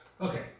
Okay